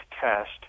test